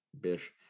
Bish